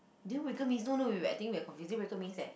deal breaker means no no you I think we're confused deal breaker means that